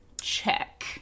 Check